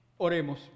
Oremos